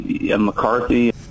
McCarthy